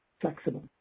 flexible